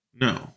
No